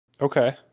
Okay